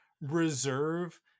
reserve